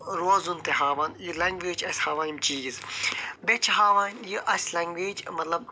روزُن تہِ ہاوان یہِ لینٛگویج چھِ اَسہِ ہاوان یِم چیٖز بییٚہِ چھِ ہاوان یہ اَسہِ لینٛگوٮ۪ج مطلب